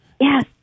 Yes